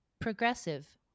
progressive